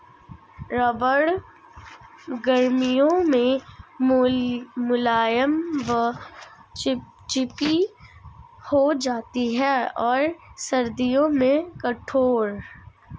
रबड़ गर्मियों में मुलायम व चिपचिपी हो जाती है और सर्दियों में कठोर